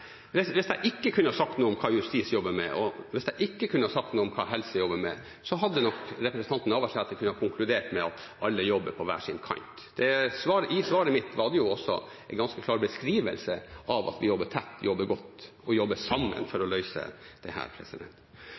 Hvis jeg ikke kunne ha sagt noe om hva justis jobber med, og hvis jeg ikke kunne ha sagt noe om hva helse jobber med, kunne nok representanten Navarsete ha konkludert med at alle jobber på hver sin kant. I svaret mitt var det jo også en ganske klar beskrivelse av at vi jobber tett, vi jobber godt, og vi jobber sammen for å løse dette. Så, når det